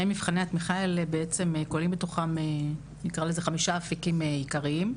2 מבחני התמיכה האלו כוללים בתוכם כחמישה אפיקים עיקריים,